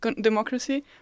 democracy